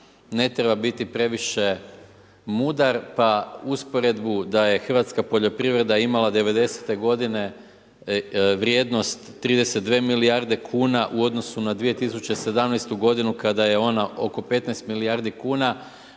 ne treba biti previše mudar pa usporedbu da je hrvatska poljoprivreda imala '90.-te godine vrijednost 32 milijarde kuna u odnosu na 2017. godinu kada je ona oko 15 milijardi kuna.